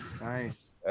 nice